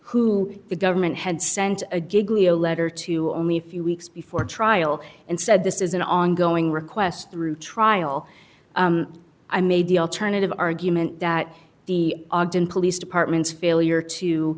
who the government had sent a giggly a letter to me a few weeks before trial and said this is an ongoing request through trial i made the alternative argument that the ogden police department's failure to